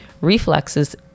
reflexes